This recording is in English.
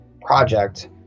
project